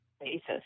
basis